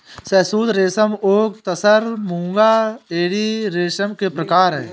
शहतूत रेशम ओक तसर मूंगा एरी रेशम के प्रकार है